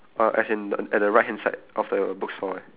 uh as in the at the right hand side of the bookstore eh